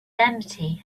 empty